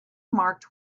marked